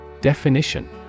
Definition